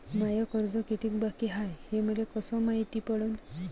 माय कर्ज कितीक बाकी हाय, हे मले कस मायती पडन?